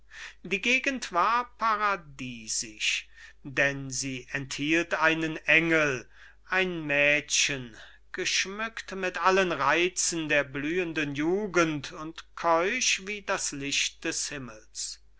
die gegend war paradisisch denn sie enthielt einen engel ein mädchen geschmückt mit allen reizen der blühenden jugend und keusch wie das licht des himmels